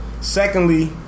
Secondly